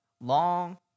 long